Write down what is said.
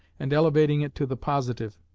and elevating it to the positive.